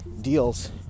deals